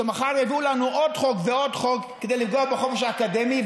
שמחר יביאו לנו עוד חוק ועוד חוק כדי לפגוע בחופש האקדמי,